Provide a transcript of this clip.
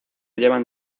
llevan